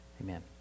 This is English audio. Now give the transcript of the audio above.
Amen